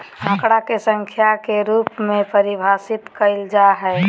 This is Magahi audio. आंकड़ा के संख्या के रूप में परिभाषित कइल जा हइ